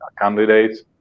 candidates